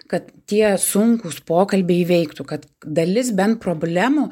kad tie sunkūs pokalbiai veiktų kad dalis bent problemų